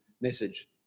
message